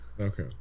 okay